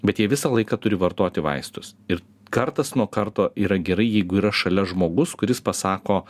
bet jie visą laiką turi vartoti vaistus ir kartas nuo karto yra gerai jeigu yra šalia žmogus kuris pasako